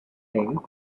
think